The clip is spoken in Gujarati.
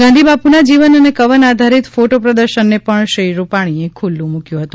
ગાંધીબાપુના જીવન અને કવન આધારિત ફોટો પ્રદર્શનને પણ શ્રી રૂપાણીએ ખુલ્લુ મુક્યું હતું